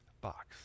box